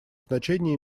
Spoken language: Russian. значение